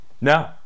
No